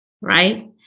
Right